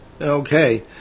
Okay